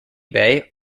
bay